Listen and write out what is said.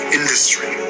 industry